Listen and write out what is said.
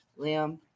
Liam